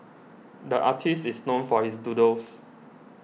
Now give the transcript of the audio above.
the artist is known for his doodles